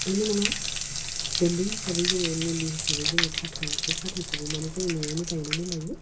बेल' नङा बेन्दों हिसाबै जोङो मुलि हिसाबै जोङो फाथै बे फाथैखौबो मानो जोङो न'आवनो गायनानै लायो